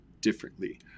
differently